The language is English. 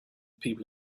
people